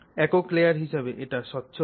একক লেয়ার হিসেবে এটা স্বচ্ছ হয়